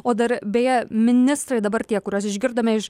o dar beje ministrai dabar tie kuriuos išgirdome iš